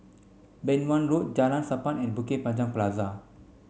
Beng Wan Road Jalan Sappan and Bukit Panjang Plaza